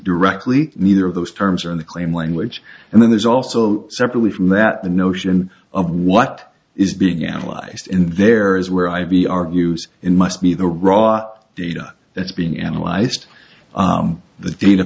directly neither of those terms are in the claim language and then there's also separately from that the notion of what is being analyzed in there is where i would be argues in must be the raw data that's being analyzed the data